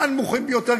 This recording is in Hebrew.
הוא מהנמוכים ביותר.